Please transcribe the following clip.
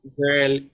girl